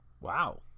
Wow